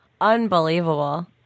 Unbelievable